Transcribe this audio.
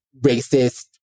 racist